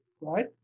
right